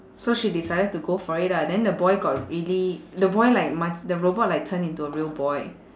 so she decided to go for it ah then the boy got really the boy like ma~ the robot like turn into a real boy